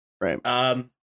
Right